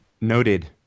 Noted